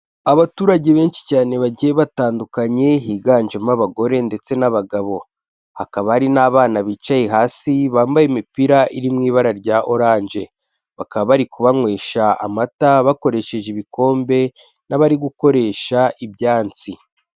Abaturage benshi cyane bagiye batandukanye higanjemo abagore ndetse n'abagabo, hakaba hari n'abana bicaye hasi bambaye imipira iri mu ibara rya oranje, bakaba bari kubanywesha amata bakoresheje ibikombe n'abari gukoresha ibyansi.